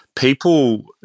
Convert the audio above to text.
People